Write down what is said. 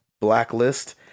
Blacklist